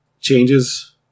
changes